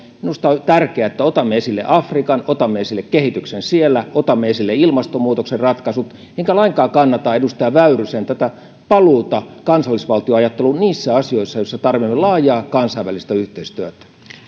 minusta on tärkeää että omalla puheenjohtajakaudellamme otamme esille afrikan otamme esille kehityksen siellä otamme esille ilmastonmuutoksen ratkaisut enkä lainkaan kannata edustaja väyrysen paluuta kansallisvaltioajatteluun niissä asioissa joissa tarvitsemme laajaa kansainvälistä yhteistyötä